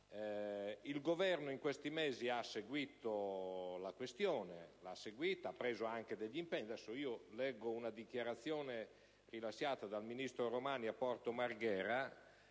Il Governo in questi mesi ha seguito la questione e ha preso anche degli impegni. Leggo testualmente la dichiarazione rilasciata dal ministro Romani a Porto Marghera,